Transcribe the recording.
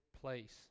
place